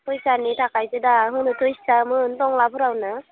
फैसानि थाखायसो दा होनो इस्सामोन टंलाफोरावनो